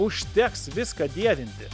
užteks viską dievinti